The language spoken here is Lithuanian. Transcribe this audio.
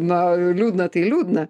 na liūdna tai liūdna